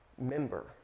Member